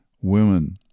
Women